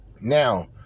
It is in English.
Now